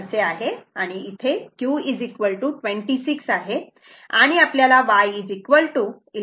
म्हणून येथे q 26 आहे आणि आपल्याला y 11